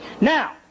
Now